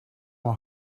mijn